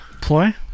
Ploy